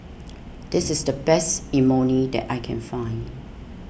this is the best Imoni that I can find